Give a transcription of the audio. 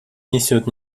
несет